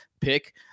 pick